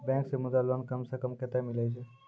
Bank से Mudra loan कम सऽ कम कतैय मिलैय छै?